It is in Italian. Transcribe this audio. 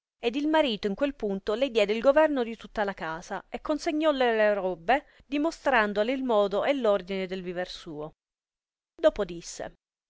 e il marito in quel punto le diede il governo di tutta la casa e consegnoue le robbe dimostrandole il modo e l ordine del viver suo dopo disse